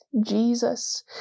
jesus